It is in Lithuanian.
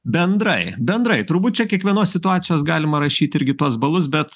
bendrai bendrai turbūt čia kiekvienos situacijos galima rašyt irgi tuos balus bet